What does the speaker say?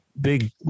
big